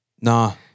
Nah